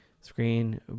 screen